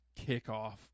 kickoff